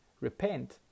Repent